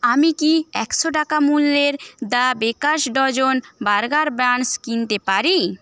আমি কি একশো টাকা মূল্যের the Baker's Dozen burger buns কিনতে পারি